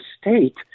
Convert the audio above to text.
state